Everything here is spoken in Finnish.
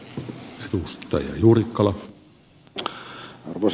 arvoisa puhemies